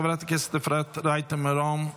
חברת הכנסת אפרת רייטן מרום,